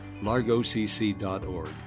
largocc.org